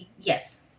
yes